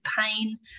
pain